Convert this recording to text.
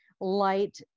light